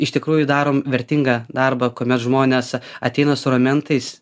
iš tikrųjų darom vertingą darbą kuomet žmonės ateina su ramentais